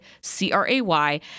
C-R-A-Y